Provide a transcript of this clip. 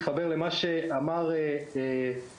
לא רק